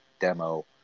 demo